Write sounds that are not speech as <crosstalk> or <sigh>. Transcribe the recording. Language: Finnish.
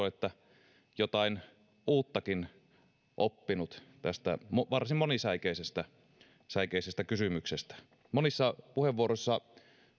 <unintelligible> että olen jotain uuttakin oppinut tästä varsin monisäikeisestä kysymyksestä monissa puheenvuoroissa